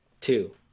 Two